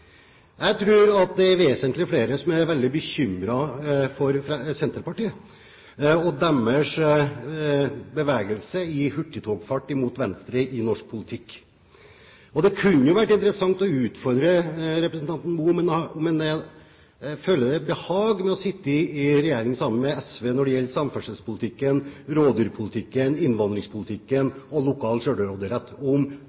Jeg tror det er vesentlig flere som er veldig bekymret for Senterpartiet og deres bevegelse i hurtigtogsfart mot venstre i norsk politikk. Det kunne jo vært interessant å utfordre representanten Borten Moe på om han føler behag ved å sitte i regjering sammen med Sosialistisk Venstreparti når det gjelder samferdselspolitikken, rovdyrpolitikken, innvandringspolitikken